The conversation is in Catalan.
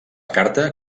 carta